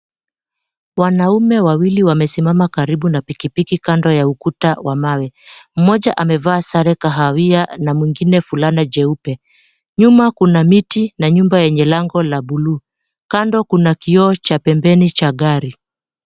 Wanaume wawili wamesimama karibu na pikipiki kando ya ukuta wa mawe. Mmoja amevaa sare kahawia na mwingine fulana jeupe. Nyuma kuna miti na nyumba yenye lango la buluu. Kando kuna kioo cha pembeni cha gari.